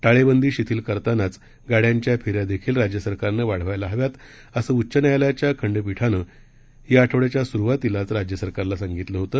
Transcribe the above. टाळेबंदी शिथिल करतानाच गाड्यांच्या फेन्या देखील राज्य सरकारनं वाढवायला हव्यात असं उच्च न्यायालयाच्या खंडपिठानं या आठवड्याच्या सुरवातीला राज्य सरकारला निर्देश दिले होते